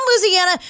Louisiana